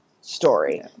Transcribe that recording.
story